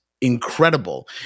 incredible